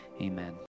Amen